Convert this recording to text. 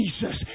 jesus